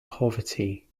poverty